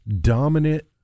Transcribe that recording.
dominant